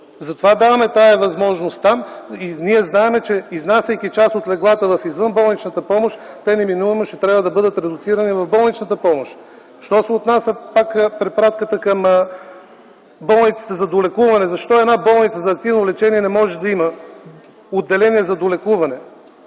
Затова даваме тази възможност там. Ние знаем, че изнасяйки част от леглата в извънболничната помощ, те неминуемо ще трябва да бъдат редуцирани в болничната помощ. Що се отнася пак до препратката към болниците за долекуване – защо една болница за активно лечение не може да има отделение за долекуване.